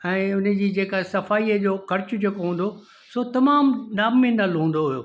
ऐं उनजी जेका सफ़ाईअ जो ख़र्चु जेको हूंदो सो तमामु नोमिनल हूंदो हुयो